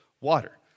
water